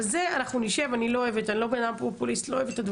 אבל על זה אנחנו נשב,